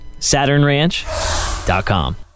SaturnRanch.com